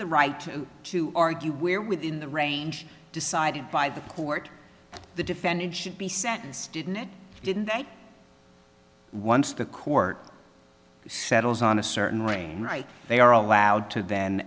the right to argue where within the range decided by the court the defendant should be sentenced didn't it didn't once the court settles on a certain rein right they are allowed to